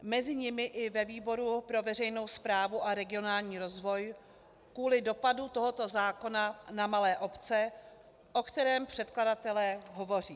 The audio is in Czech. Mezi nimi i ve výboru pro veřejnou správu a regionální rozvoj kvůli dopadu tohoto zákona na malé obce, o kterém předkladatelé hovoří.